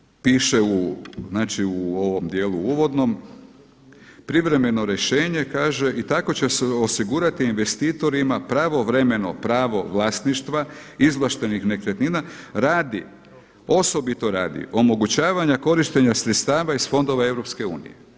Nadalje, piše u, znači u ovom dijelu uvodnom, privremeno rješenje, kaže i tako će se osigurati investitorima pravovremeno pravo vlasništva, izvlaštenih nekretnina radi, osobito radi omogućavanja korištenja sredstava iz fondova Europske unije.